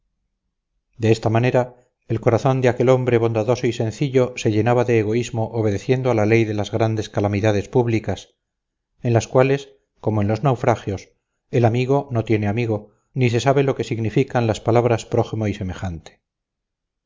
de esta manera el corazón de aquel hombre bondadoso y sencillo se llenaba de egoísmo obedeciendo a la ley de las grandes calamidades públicas en las cuales como en los naufragios el amigo no tiene amigo ni se sabe lo que significan las palabras prójimo y semejante